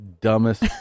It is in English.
dumbest